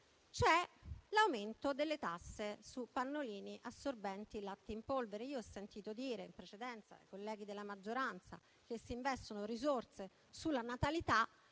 C'è l'aumento delle tasse su pannolini, assorbenti, latte in polvere. Ho sentito dire in precedenza ai colleghi della maggioranza che si investono risorse sulla natalità.